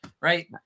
Right